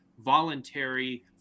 voluntary